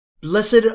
Blessed